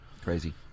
Crazy